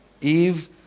Eve